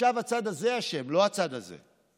עכשיו הצד הזה אשם, לא הצד הזה,